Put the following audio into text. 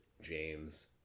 James